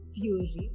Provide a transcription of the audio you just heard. theory